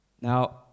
Now